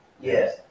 Yes